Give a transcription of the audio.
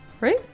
Right